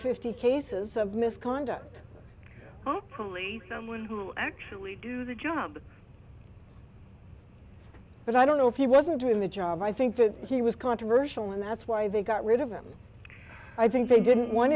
fifty cases of misconduct probably someone who will actually do the job but i don't know if he wasn't in the job i think that he was controversial and that's why they got rid of him i think they didn't want